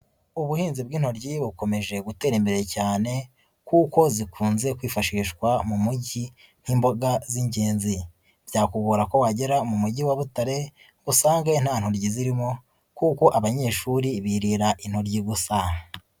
Ubuhinzi bw'intoryi bukomeje gutera imbere cyane kuko zikunze kwifashishwa mu mujyi nk'imboga z'ingenzi. Byakugora ko wagera mu mujyi wa Butare usanga nta ntoryi zirimo kuko abanyeshuri birira intoryi gusa.